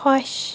خۄش